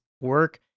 work